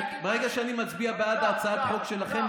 ברגע שאני מצביע בעד הצעת החוק שלכם,